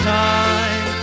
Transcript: time